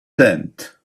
tent